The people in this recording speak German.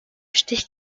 stich